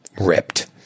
ripped